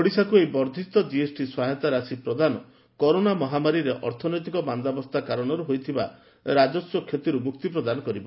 ଓଡ଼ିଶାକୁ ଏହି ବର୍କ୍କିତ ଜିଏସଟି ସହାୟତା ରାଶି ପ୍ରଦାନ କରୋନା ମହାମାରୀରେ ଅର୍ଥନୈତିକ ମାନ୍ଦାବସ୍ରା କାରଣରୁ ହୋଇଥିବା ରାଜସ୍ୱ କ୍ଷତିରୁ ମୁକ୍ତି ପ୍ରଦାନ କରିବ